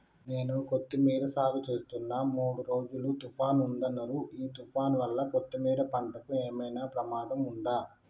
నేను కొత్తిమీర సాగుచేస్తున్న మూడు రోజులు తుఫాన్ ఉందన్నరు ఈ తుఫాన్ వల్ల కొత్తిమీర పంటకు ఏమైనా ప్రమాదం ఉందా?